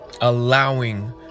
allowing